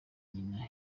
nyina